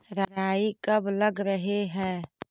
राई कब लग रहे है?